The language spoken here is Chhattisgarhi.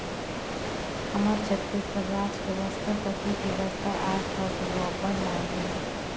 हमर छत्तीसगढ़ राज के बस्तर कती के बस्तर आर्ट ह घलो अब्बड़ मांग अहे